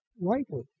rightly